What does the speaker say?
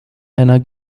einer